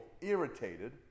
irritated